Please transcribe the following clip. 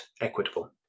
equitable